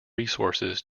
resources